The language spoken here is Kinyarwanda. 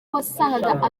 wasangaga